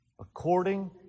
according